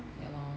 ya lor